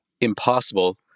impossible